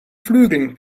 flügeln